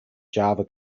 java